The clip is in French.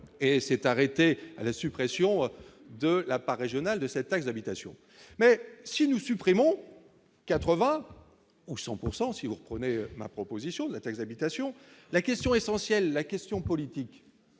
et s'est arrêté à la suppression de la part régionale de cette taxe d'habitation, mais si nous supprimons 80 ou 100 pourcent si si vous prenez ma proposition date exaltation la question essentielle : la question politique,